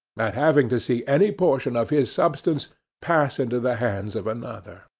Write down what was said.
having to see any portion of his substance pass into the hands of another.